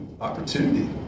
opportunity